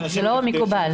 זה לא מקובל.